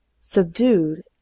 Subdued